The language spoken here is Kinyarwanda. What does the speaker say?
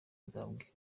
nzababwira